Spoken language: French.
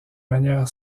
manière